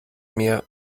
mir